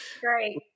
Great